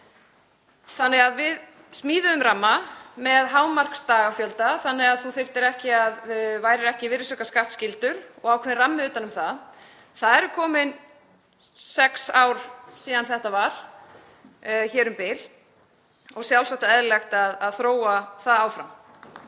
útleigu. Við smíðuðum ramma með hámarksdagafjölda þannig að þú værir ekki virðisaukaskattsskyldur og ákveðinn rammi settur utan um það. Það eru komin sex ár síðan þetta var hér um bil og sjálfsagt og eðlilegt að þróa það áfram.